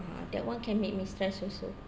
ah that one can make me stress also